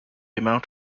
amount